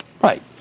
Right